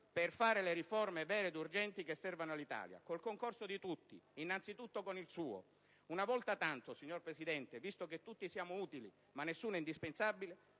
che faccia le riforme vere ed urgenti che servono all'Italia e che si formi con il concorso di tutti, innanzi tutto con il suo. Una volta tanto, signor Presidente, visto che tutti siamo utili ma nessuno è indispensabile,